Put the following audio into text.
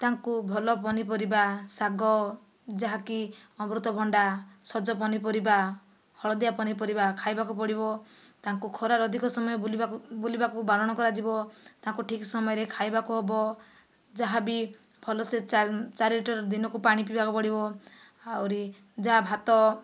ତାଙ୍କୁ ଭଲ ପନିପରିବା ଶାଗ ଯାହାକି ଅମୃତଭଣ୍ଡା ସଜ ପନିପରିବା ହଳଦିଆ ପନିପରିବା ଖାଇବାକୁ ପଡ଼ିବ ତାଙ୍କୁ ଖରାରେ ଅଧିକ ସମୟ ବୁଲିବାକୁ ବାରଣ କରାଯିବ ତାଙ୍କୁ ଠିକ ସମୟରେ ଖାଇବାକୁ ହେବ ଯାହାବି ଭଲ ସେ ଚାରି ଲିଟର ଦିନକୁ ପାଣି ପିଇବାକୁ ପଡ଼ିବ ଆହୁରି ଯାହା ଭାତ